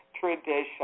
tradition